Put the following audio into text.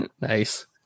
nice